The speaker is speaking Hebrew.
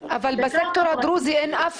פרטית -- אבל בסקטור הדרוזי אין אף